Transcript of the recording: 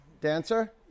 dancer